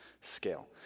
scale